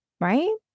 right